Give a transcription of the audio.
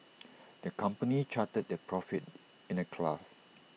the company charted their profits in A graph